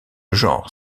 genre